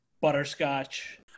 butterscotch